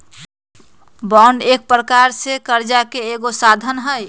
bond एक प्रकार से करजा के एगो साधन हइ